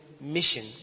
mission